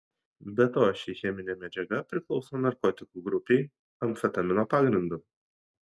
be to ši cheminė medžiaga priklauso narkotikų grupei amfetamino pagrindu